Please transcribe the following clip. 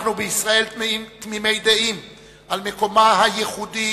אנחנו בישראל תמימי דעים על מקומה הייחודי